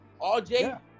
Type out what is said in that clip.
RJ